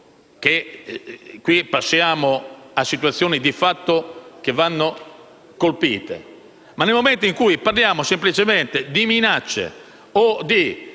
passiamo a situazioni di fatto che vanno colpite. Ma nel momento in cui parliamo semplicemente di minacce o di